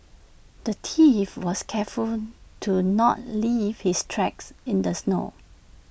the thief was careful to not leave his tracks in the snow